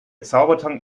zaubertrank